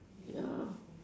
ya